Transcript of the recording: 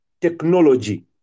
technology